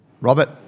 Robert